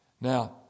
Now